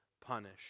punish